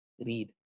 read